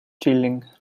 chilling